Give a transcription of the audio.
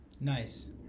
Nice